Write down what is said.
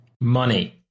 money